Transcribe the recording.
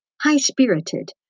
high-spirited